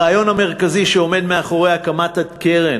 הרעיון המרכזי שעומד מאחורי הקמת הקרן